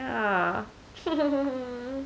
ya